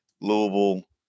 Louisville